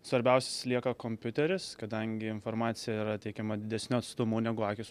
svarbiausias lieka kompiuteris kadangi informacija yra teikiama didesniu atstumu negu akys